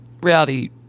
reality